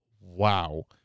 Wow